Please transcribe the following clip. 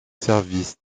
services